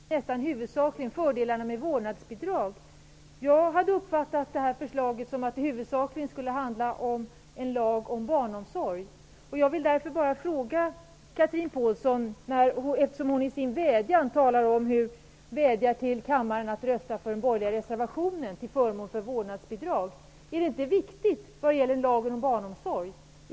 Fru talman! Chatrine Pålsson tog i sitt anförande upp nästan uteslutande fördelarna med ett vårdnadsbidrag. Jag har uppfattat det förslag som vi nu behandlar så, att det huvudsakligen skulle handla om en lag om barnomsorg. Jag vill fråga Chatrine Pålsson, som vädjar till kammaren att rösta på den borgerliga reservationen till förmån för vårdnadsbidrag: Är inte lagen om barnomsorg viktig?